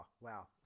wow